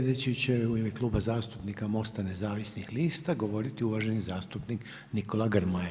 Sljedeći će u ime Kluba zastupnika MOST-a Nezavisnih lista, govoriti uvaženi zastupnik Nikola Grmoja.